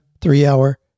three-hour